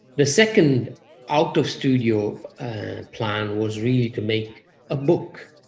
the second out of studio plan was really to make a book,